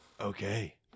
Okay